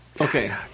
okay